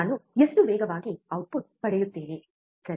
ನಾನು ಎಷ್ಟು ವೇಗವಾಗಿ ಔಟ್ಪುಟ್ ಪಡೆಯುತ್ತೇನೆ ಸರಿ